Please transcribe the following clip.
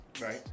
Right